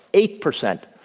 eight percent.